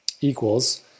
equals